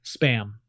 spam